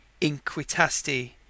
inquitasti